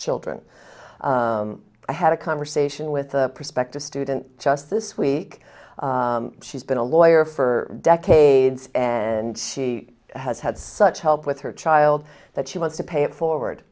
children i had a conversation with a prospective student just this week she's been a lawyer for decades and she has had such help with her child that she wants to pay it forward